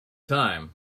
time